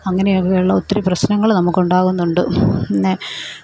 അങ്ങനെയൊക്കെയുള്ള ഒത്തിരി പ്രശ്നങ്ങൾ നമുക്ക് ഉണ്ടാകുന്നുണ്ട് പിന്നെ